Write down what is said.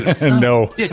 No